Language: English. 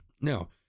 Now